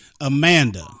Amanda